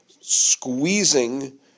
squeezing